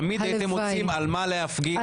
תמיד הייתם מוצאים על מה להפגין ,